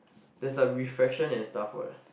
there is like refraction and stuff what